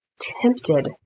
tempted